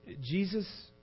Jesus